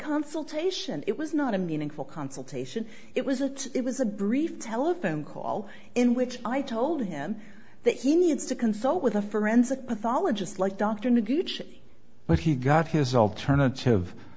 consultation it was not a meaningful consultation it was a it was a brief telephone call in which i told him that he needs to consult with a forensic pathologist like dr to googe but he got his alternative